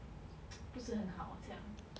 不是很好这样